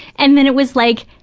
and then it was like,